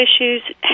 issues